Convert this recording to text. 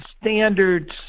standards